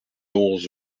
onze